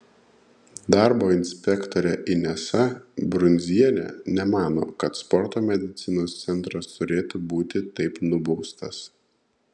darbo inspektorė inesa brundzienė nemano kad sporto medicinos centras turėtų būti taip nubaustas